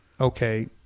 okay